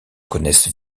connaissent